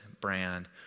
brand